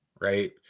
right